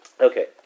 Okay